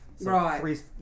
Right